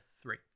three